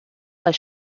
als